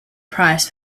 price